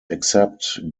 except